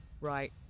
Right